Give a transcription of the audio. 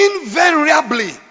Invariably